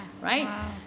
right